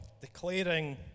declaring